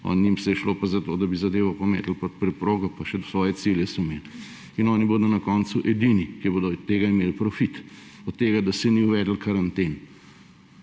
njim se je šlo pa za to, da bi zadevo pometli pod preprogo, pa še svoje cilje so imel. Oni bojo na koncu edini, ki bodo od tega imel profit. Od tega, da se ni uvedlo karanten.